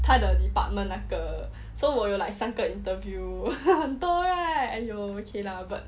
他的 department 那个 so 我有 like 三个 interview 很多 right !aiyo! okay lah but